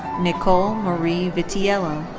nicole marie vitiello.